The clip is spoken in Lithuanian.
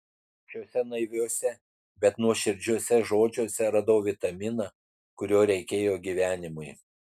šiuose naiviuose bet nuoširdžiuose žodžiuose radau vitaminą kurio reikėjo gyvenimui